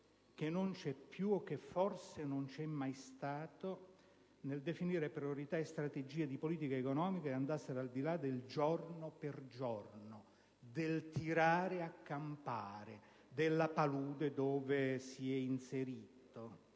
che non c'è più o che forse non c'è mai stato nel definire priorità e strategie di politica economica che andassero al di là del giorno per giorno», del tirare a campare, della palude dove si è inserito.